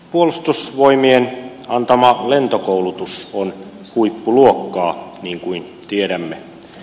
puolustusvoimien antama lentokoulutus on huippuluokkaa niin kuin tiedämme